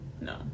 No